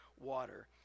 water